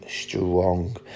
strong